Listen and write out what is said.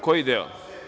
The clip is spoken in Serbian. Koji deo?